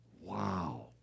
Wow